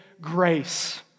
grace